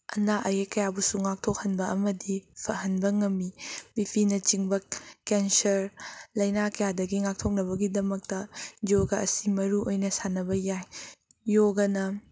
ꯑꯅꯥ ꯑꯌꯦꯛ ꯀꯌꯥꯕꯨꯁꯨ ꯉꯥꯛꯊꯣꯛꯍꯟꯕ ꯑꯃꯗꯤ ꯐꯍꯟꯕ ꯉꯝꯃꯤ ꯕꯤꯄꯤꯅꯆꯤꯡꯕ ꯀꯦꯟꯁꯔ ꯂꯩꯅꯥ ꯀꯌꯥꯗꯒꯤ ꯉꯥꯛꯊꯣꯛꯅꯕꯒꯤꯗꯃꯛꯇ ꯌꯣꯒ ꯑꯁꯤ ꯃꯔꯨꯑꯣꯏꯅ ꯁꯥꯟꯅꯕ ꯌꯥꯏ ꯌꯣꯒꯅ